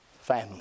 family